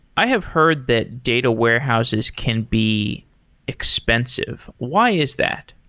i have heard that data warehouses can be expensive. why is that?